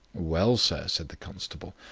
well, sir, said the constable,